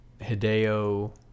Hideo